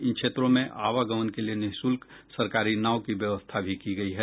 इन क्षेत्रों में आवागमन के लिए निःशुल्क सरकारी नाव की व्यवस्था भी की गयी है